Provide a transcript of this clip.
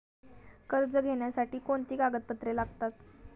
कर्ज घेण्यासाठी कोणती कागदपत्रे लागतात?